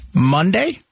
Monday